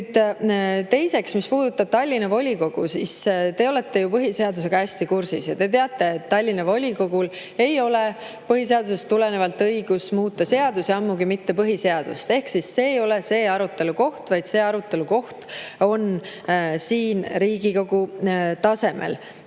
tehtud. Teiseks, mis puudutab Tallinna volikogu, siis te olete ju põhiseadusega hästi kursis ja teate, et Tallinna volikogul ei ole põhiseadusest tulenevalt õigust muuta seadusi, ammugi mitte põhiseadust. Ehk siis see ei ole selle teema arutelu koht, see koht on siin, Riigikogu tasemel.Me